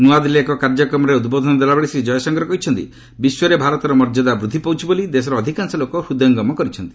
ନୂଆଦିଲ୍ଲୀରେ ଏକ କାର୍ଯ୍ୟକ୍ରମରେ ଉଦ୍ବୋଧନ ଦେଲାବେଳେ ଶ୍ରୀ ଜୟଶଙ୍କର କହିଛନ୍ତି ବିଶ୍ୱରେ ଭାରତର ମର୍ଯ୍ୟାଦା ବୃଦ୍ଧିପାଇଛି ବୋଲି ଦେଶର ଅଧିକାଂଶ ଲୋକ ହୃଦୟଙ୍ଗମ କରିଛନ୍ତି